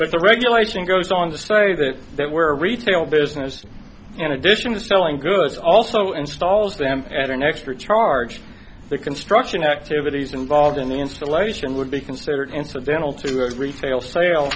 but the regulation goes on to say that there were retail business in addition the selling goods also installs them and an extra charge for the construction activities involved in the installation would be considered incidental to of retail sale